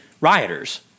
rioters